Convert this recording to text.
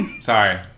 Sorry